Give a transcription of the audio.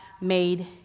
made